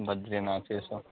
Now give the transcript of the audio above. बद्रीनाथ यह सब